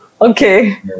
Okay